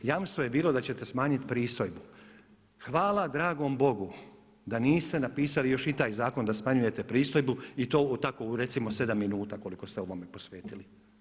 Jamstvo je bilo da ćete smanjiti pristojbu, hvala dragom Bogu da niste napisali još i taj zakon da smanjujete pristojbu i to tako u recimo 7 minuta koliko ste ovome posvetili.